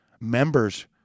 members